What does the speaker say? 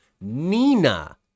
Nina